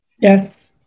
Yes